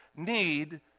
need